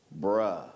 bruh